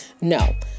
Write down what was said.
no